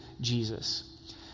Jesus